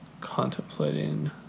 contemplating